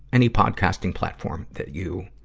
any podcasting platform that you,